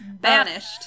banished